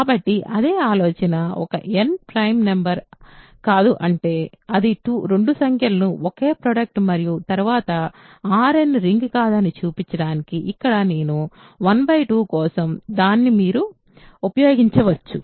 కాబట్టి అదే ఆలోచన n ఒక ప్రైమ్ నెంబర్ కాదు అంటే అది 2 సంఖ్యలను ఒక ప్రోడక్ట్ మరియు తరువాత R n రింగ్ కాదని చూపించడానికి నేను ఇక్కడ 1 2 కోసం చేసిన దాన్ని మీరు ఉపయోగించవచ్చు